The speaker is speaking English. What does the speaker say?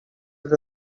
that